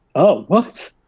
oh, what?